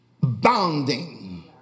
Bounding